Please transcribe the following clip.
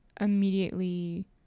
Immediately